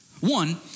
One